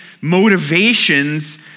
motivations